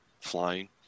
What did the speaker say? flying